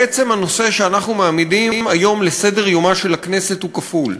בעצם הנושא שאנחנו מעמידים היום על סדר-יומה של הכנסת הוא כפול: